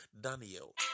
Daniel